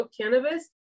cannabis